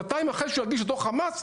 שנתיים אחרי שהוא יגיש את דוח המס,